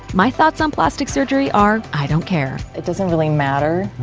my thoughts on plastic surgery are, i don't care. it doesn't really matter,